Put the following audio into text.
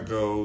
go